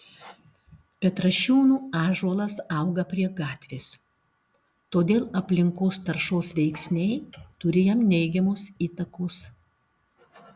petrašiūnų ąžuolas auga prie gatvės todėl aplinkos taršos veiksniai turi jam neigiamos įtakos